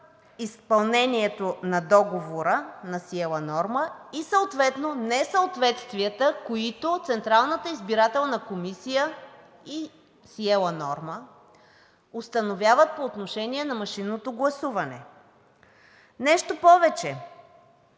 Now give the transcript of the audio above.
изпълнението на договора на „Сиела Норма“ и съответно несъответствията, които Централната избирателна комисия и „Сиела Норма“ установяват по отношение на машинното гласуване. Нещо повече,